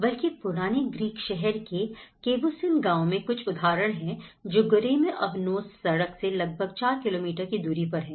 बल्कि पुराने ग्रीक शहर के कैवूसिन गांव में कुछ उदाहरण हैं जो गोरेमे अवनोस सड़क से लगभग 4 किलोमीटर की दूरी पर है